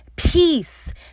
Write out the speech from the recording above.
Peace